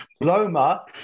Loma